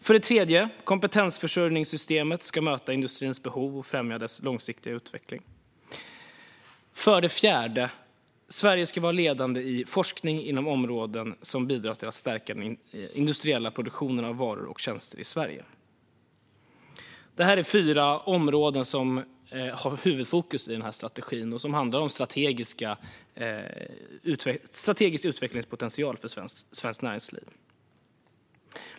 För det tredje: Kompetensförsörjningssystemet ska möta industrins behov och främja dess långsiktiga utveckling. För det fjärde: Sverige ska vara ledande i forskning inom områden som bidrar till att stärka den industriella produktionen av varor och tjänster i Sverige. Det här är fyra områden som utgör huvudfokus i strategin, och de handlar om strategisk utvecklingspotential för svenskt näringsliv.